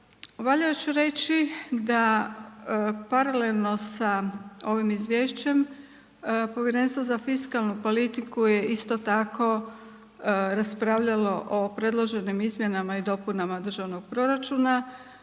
Valja još reći da paralelno sa ovim izvješćem Povjerenstvo za fiskalnu politiku je isto tako raspravljalo o predloženim izmjenama i dopunama državnog proračuna